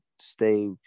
stay